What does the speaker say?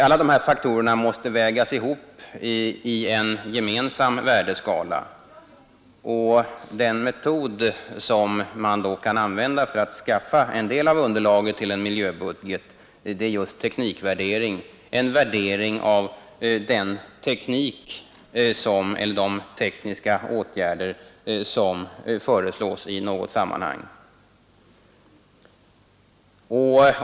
Alla dessa faktorer måste vägas ihop i en gemensam värdeskala. Den metod som man då kan använda för att skaffa en del av underlaget till en miljöbudget är just teknikvärderingen, dvs. en värdering av de tekniska åtgärder som föreslås i något sammanhang.